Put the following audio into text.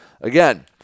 again